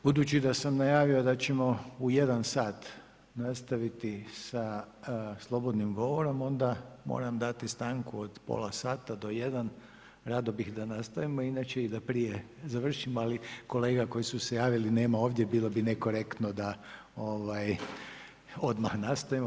Budući da sam najavio da ćemo u 13h nastaviti sa slobodnim govorom onda moram dati stanku od pola sada do 13h, rado bih da nastavimo inače i da prije završimo ali kolega koji su se javili nema ovdje, bilo bi nekorektno da odmah nastavimo.